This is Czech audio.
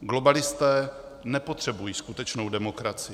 Globalisté nepotřebují skutečnou demokracii.